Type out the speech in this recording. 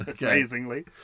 amazingly